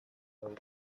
daukan